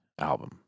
album